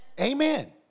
Amen